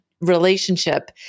relationship